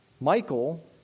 Michael